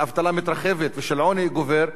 של אבטלה מתרחבת ושל עוני גובר.